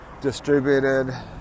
distributed